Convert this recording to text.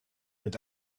mit